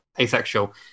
asexual